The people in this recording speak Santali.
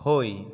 ᱦᱳᱭ